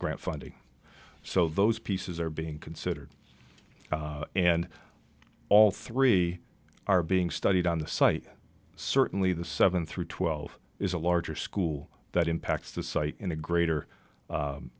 grant funding so those pieces are being considered and all three are being studied on the site certainly the seven through twelve is a larger school that impacts the site in a greater